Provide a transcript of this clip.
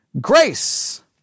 Grace